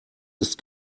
ist